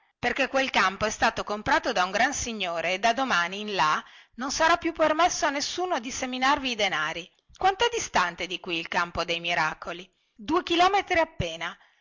perché quel campo è stato comprato da un gran signore e da domani in là non sarà più permesso a nessuno di seminarvi i denari quantè distante di qui il campo dei miracoli due chilometri appena